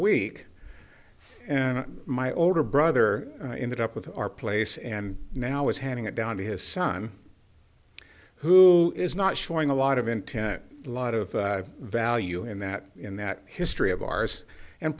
week and my older brother in that up with our place and now is handing it down to his son who is not showing a lot of intent lot of value in that in that history of ours and